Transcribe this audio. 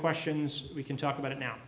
questions we can talk about it now